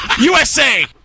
USA